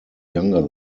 younger